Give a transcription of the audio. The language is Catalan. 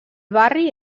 barri